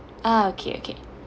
ah okay okay